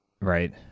Right